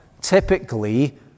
typically